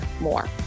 more